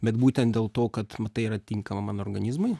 bet būtent dėl to kad tai yra tinkama mano organizmui